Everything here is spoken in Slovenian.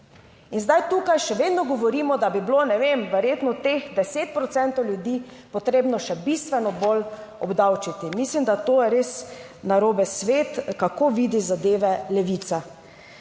In zdaj tukaj še vedno govorimo, da bi bilo, ne vem, verjetno teh 10 procentov ljudi potrebno še bistveno bolj obdavčiti. Mislim, da to je res narobe svet kako vidi zadeve Levica.